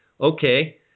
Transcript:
okay